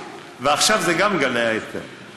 ועכשיו זה גם גלי האתר,